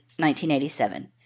1987